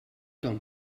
ton